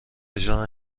اجرا